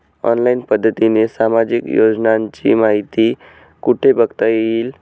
Online पद्धतीने सामाजिक योजनांची माहिती कुठे बघता येईल?